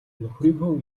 нөхрийнхөө